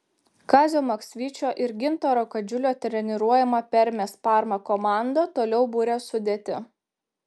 kazio maksvyčio ir gintaro kadžiulio treniruojama permės parma komanda toliau buria sudėtį